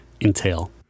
entail